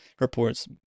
reports